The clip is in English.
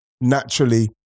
naturally